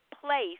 place